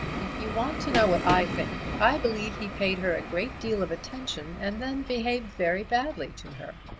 if you want to know what i think, i believe he paid her a great deal of attention and then behaved very badly to her.